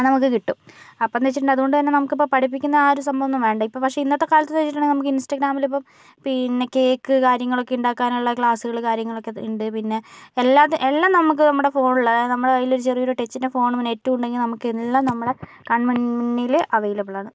അത് നമ്മൾക്ക് കിട്ടും അപ്പോഴെന്നു വെച്ചിട്ടുണ്ടെങ്കിൽ അതുകൊണ്ടുതന്നെ നമുക്ക് ഇപ്പോൾ പഠിപ്പിക്കുന്ന ആ ഒരു സംഭവം ഒന്നും വേണ്ട ഇപ്പോൾ പക്ഷെ ഇന്നത്തെ കാലത്ത് നമുക്ക് ഇൻസ്റ്റാഗ്രാമിൽ ഇപ്പോൾ പിന്നെ കേക്ക് കാര്യങ്ങൾ ഒക്കെ ഉണ്ടാക്കാൻ ഉള്ള ക്ലാസുകൾ കാര്യങ്ങൾ ഒക്കെ ഉണ്ട് പിന്നെ അല്ലാതെ എല്ലാം നമുക്ക് നമ്മുടെ ഫോണിൽ അതായത് നമ്മുടെ ഈ ഒരു ടച്ചിന്റെ ഫോണും നെറ്റും ഉണ്ടെങ്കിൽ നമുക്ക് എല്ലാം നമ്മളെ കണ്മുന്നിൽ അവൈലബിൾ ആണ്